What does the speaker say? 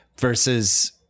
versus